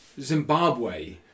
Zimbabwe